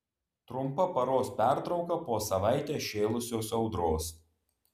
trumpa paros pertrauka po savaitę šėlusios audros